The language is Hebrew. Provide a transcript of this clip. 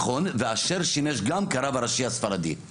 נכון, ואשר שימש גם כרב הראשי הספרדי.